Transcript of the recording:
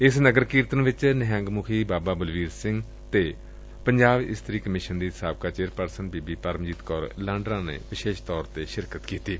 ਇਸ ਨਗਰ ਕੀਰਤਨ ਵਿਚ ਨਿਹੰਗ ਮੁਖੀ ਬਾਬਾ ਬਲਵੀਰ ਸਿੰਘ ਅਤੇ ਪੰਜਾਬ ਇਸਤਰੀ ਕਮਿਸ਼ਨ ਦੀ ਸਾਬਕਾ ਚੇਅਰਪਰਸਨ ਬੀਬੀ ਪਰਮਜੀਤ ਕੌਰ ਲਾਂਡਰਾਂ ਵਿਸ਼ੇਸ਼ ਤੌਰ ਤੇ ਸ਼ਾਮਲ ਹੋਏ